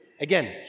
Again